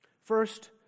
First